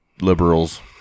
liberals